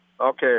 Okay